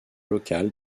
locale